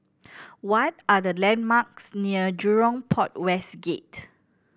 what are the landmarks near Jurong Port West Gate